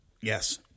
Yes